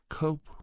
Cope